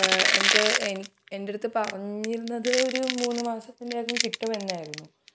എൻ്റെ എൻ്റെ അടുത്ത് പറഞ്ഞിരുന്നത് ഒരു മൂന്നുമാസത്തിനകം കിട്ടുമെന്നായിരുന്നു